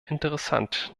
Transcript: interessant